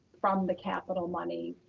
from the capital money,